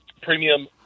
premium